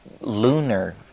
lunar